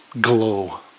glow